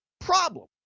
Problem